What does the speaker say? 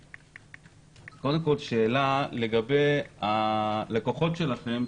קודם כול יש לי שאלה לגבי הלקוחות שלכם,